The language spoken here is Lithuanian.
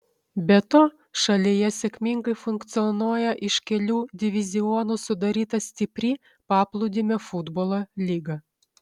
be to šalyje sėkmingai funkcionuoja iš kelių divizionų sudaryta stipri paplūdimio futbolo lyga